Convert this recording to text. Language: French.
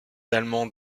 allemands